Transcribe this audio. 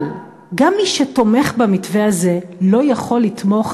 אבל גם מי שתומך במתווה הזה לא יכול לתמוך